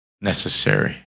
necessary